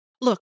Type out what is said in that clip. look